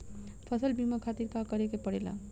फसल बीमा खातिर का करे के पड़ेला?